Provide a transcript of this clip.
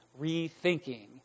rethinking